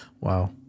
Wow